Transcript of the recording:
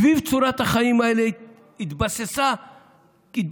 סביב צורת החיים הזאת התבססו קהילות,